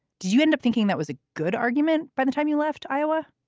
do you end up thinking that was a good argument by the time you left iowa?